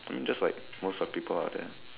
I mean just like most of the people out there